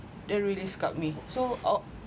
that really scared me so out